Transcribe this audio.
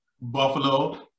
Buffalo